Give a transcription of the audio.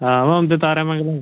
आहो औंदे तारें मंगलें गै